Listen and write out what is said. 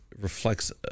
reflects